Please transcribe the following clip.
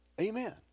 Amen